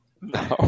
No